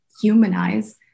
humanize